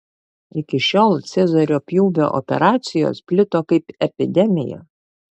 iki šiol cezario pjūvio operacijos plito kaip epidemija